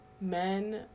men